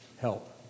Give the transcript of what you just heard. help